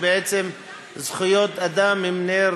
שבעצם זכויות אדם הן נר